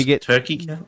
Turkey